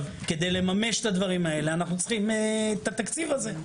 כדי לממש את הדברים האלה אנחנו צריכים את התקציב הזה.